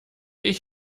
ich